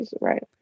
Right